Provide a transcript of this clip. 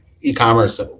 e-commerce